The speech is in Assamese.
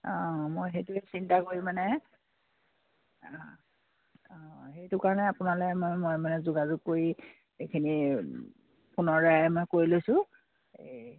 অঁ মই সেইটোৱে চিন্তা কৰি মানে অ অঁ সেইটো কাৰণে আপোনালে মই মই মানে যোগাযোগ কৰি এইখিনি মই কৰি লৈছোঁ এই